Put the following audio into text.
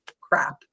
crap